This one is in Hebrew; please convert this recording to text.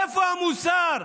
איפה המוסר?